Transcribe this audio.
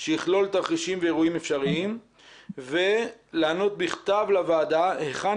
שיכלול תרחישים ואירועים אפשריים ולענות בכתב לוועדה היכן